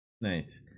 nice